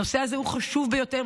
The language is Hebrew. הנושא הזה הוא חשוב ביותר,